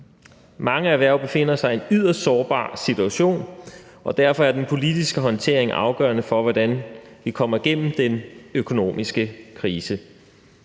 Mange erhverv befinder sig i en yderst sårbar situation, og derfor er den politiske håndtering afgørende for, hvordan vi kommer igennem den økonomiske krise.